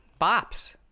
bops